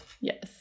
Yes